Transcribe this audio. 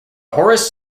horus